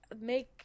make